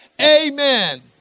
amen